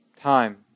time